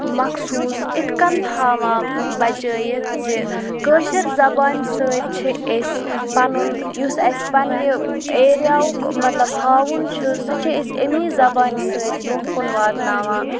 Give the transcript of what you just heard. مخصوٗص اِتھ کٔنۍ تھاوان بَچٲیِتھ زِ کٲشِر زبانہِ سۭتۍ چھِ أسۍ پَنُن یُس اَسہِ پَنٛنہِ ایریاہُک مطلب ہاوُن چھُ سُہ چھِ أسۍ امی زبانہِ سۭتۍ برونٛہہ کُن واتناوان